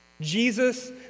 Jesus